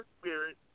spirit